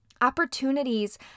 Opportunities